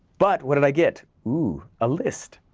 but what did i get, ooh, a list.